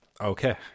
okay